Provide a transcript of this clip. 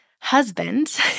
husband